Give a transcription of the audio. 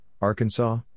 Arkansas